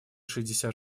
шестьдесят